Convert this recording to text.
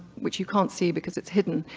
which you can't see because it's hidden,